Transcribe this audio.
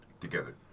together